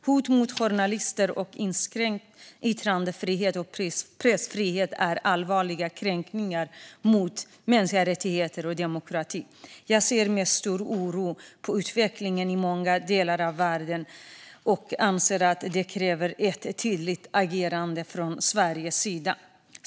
Hot mot journalister och inskränkt yttrandefrihet och pressfrihet är allvarliga kränkningar av mänskliga rättigheter och demokrati. Jag ser med stor oro på utvecklingen i många delar av världen och anser att det krävs ett tydligt agerande från Sveriges sida.